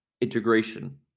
integration